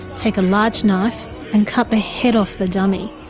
take a large knife and cut the head off the dummy.